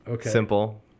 Simple